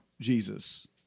Jesus